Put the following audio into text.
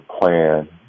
plan